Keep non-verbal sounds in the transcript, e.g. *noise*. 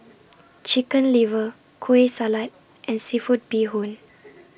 Chicken Liver Kueh Salat and Seafood Bee Hoon *noise*